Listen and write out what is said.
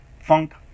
funk